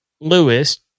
Lewis